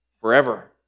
forever